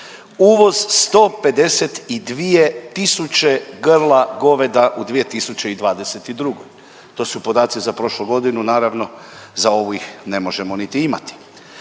Uvoz 152.000 grla goveda u 2022., to su podaci za prošlu godinu naravno, za ovu ih ne možemo niti imati.